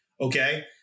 Okay